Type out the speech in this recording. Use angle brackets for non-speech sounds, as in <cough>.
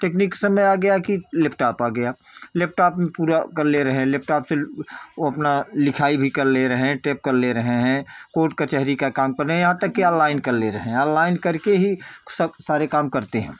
technique समय आ गया कि लैपटॉप आ गया लैपटॉप पूरा कर ले रहें हैं लैपटॉप से वो अपना लिखाई भी कर ले रहे हैं टेप कर ले रहे हैं कोर्ट कचहरी का काम <unintelligible> यहाँ तक की ऑनलाइन कर ले रहे हैं ऑनलाइन कर के ही सब सारे काम करते हैं